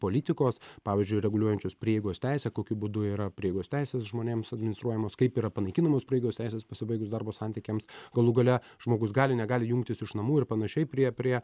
politikos pavyzdžiui reguliuojančios prieigos teisę kokiu būdu yra prieigos teisės žmonėms administruojamos kaip yra panaikinamos prieigos teisės pasibaigus darbo santykiams galų gale žmogus gali negali jungtis iš namų ir panašiai prie prie